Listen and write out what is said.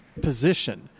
position